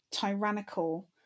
tyrannical